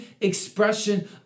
expression